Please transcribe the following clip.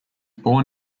born